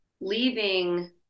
leaving